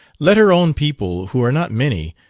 let her own people, who are not many,